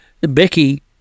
Becky